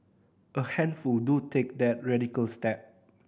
a handful do take that radical step